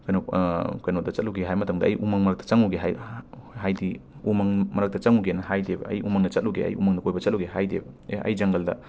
ꯀꯩꯅꯣ ꯀꯩꯅꯣꯗ ꯆꯠꯂꯨꯒꯦ ꯍꯥꯏꯕ ꯃꯇꯝꯗ ꯑꯩ ꯎꯃꯪ ꯃꯔꯛꯇ ꯆꯪꯉꯨꯒꯦ ꯍꯥꯏ ꯍꯥꯏꯗꯤ ꯎꯃꯪ ꯃꯔꯛꯇ ꯆꯪꯉꯨꯒꯦꯅ ꯍꯥꯏꯗꯦꯕ ꯑꯩ ꯎꯃꯪꯗ ꯆꯠꯂꯨꯒꯦ ꯑꯩ ꯎꯃꯪꯗ ꯀꯣꯏꯕ ꯆꯠꯂꯨꯒꯦ ꯍꯥꯏꯗꯦꯕ ꯑꯦ ꯑꯩ ꯖꯪꯒꯜꯗ